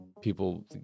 people